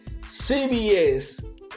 CBS